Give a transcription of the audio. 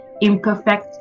Imperfect